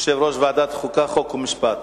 יושב-ראש ועדת החוקה, חוק ומשפט.